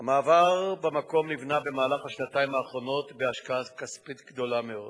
המעבר במקום נבנה במהלך השנתיים האחרונות בהשקעה כספית גדולה מאוד